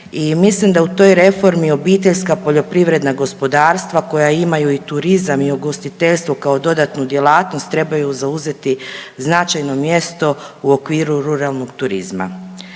mislim da u toj reformi obiteljska poljoprivredna gospodarstva koja imaju i turizam, i ugostiteljstvo kao dodatnu djelatnost trebaju zauzeti značajno mjesto u okviru ruralnog turizma.